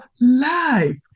life